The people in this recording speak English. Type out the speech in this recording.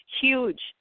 huge